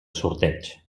sorteig